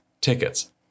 tickets